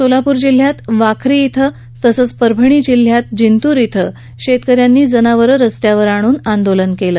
सोलापूर जिल्ह्यात वाखरी श्रे तसंच परभणी जिल्ह्यात जिंतूर श्रे शेतक यांनी जनावरं रस्त्यावर आणून आंदोलन केलं